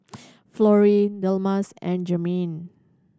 Florrie Delmas and Jermain